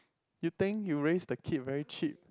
you think you raise the kid very cheap